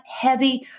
heavy